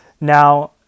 Now